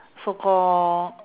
so call